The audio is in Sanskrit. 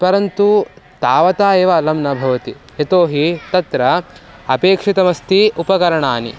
परन्तु तावता एव अलं न भवति यतोहि तत्र अपेक्षितमस्ति उपकरणानि